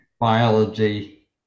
biology